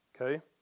okay